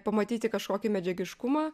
pamatyti kažkokį medžiagiškumą